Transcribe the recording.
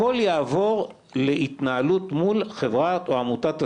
הכול יעבור להתנהלות מול חברת, או עמותת הסיעוד,